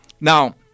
Now